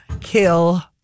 kill